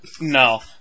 No